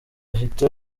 ihita